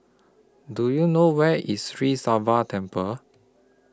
Do YOU know Where IS Sri Sivan Temple